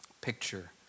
picture